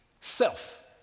Self